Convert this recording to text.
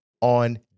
on